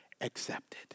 accepted